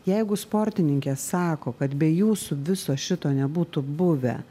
jeigu sportininkės sako kad be jūsų viso šito nebūtų buvę